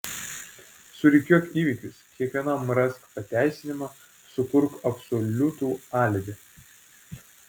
surikiuok įvykius kiekvienam rask pateisinimą sukurk absoliutų alibi